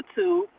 YouTube